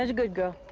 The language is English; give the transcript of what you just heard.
ah good girl.